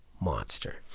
monster